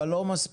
אבל לא מספיק.